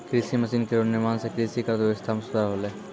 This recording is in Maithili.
कृषि मसीन केरो निर्माण सें कृषि क अर्थव्यवस्था म सुधार होलै